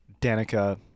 Danica